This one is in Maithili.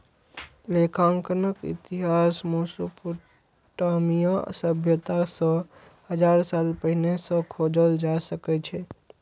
लेखांकनक इतिहास मोसोपोटामिया सभ्यता सं हजार साल पहिने सं खोजल जा सकै छै